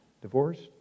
divorced